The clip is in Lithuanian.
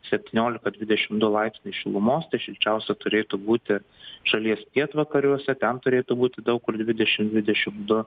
septyniolika dvidešimt du laipsniai šilumos tai šilčiausia turėtų būti šalies pietvakariuose ten turėtų būti daug kur dvidešimt dvidešimt du